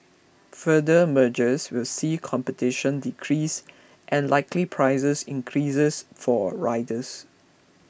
further mergers will see competition decrease and likely prices increases for riders